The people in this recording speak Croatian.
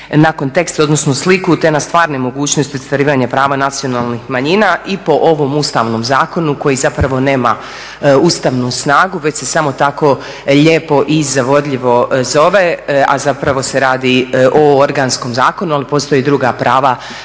na kontekst odnosno sliku te na stvarne mogućnosti ostvarivanja prava nacionalnih manjina i po ovom Ustavnom zakonu koji zapravo nema ustavnu snagu već se samo tako lijepo i zavodljivo zove a zapravo se radi o organskom zakonu. Ali postoje i druga prava